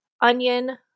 onion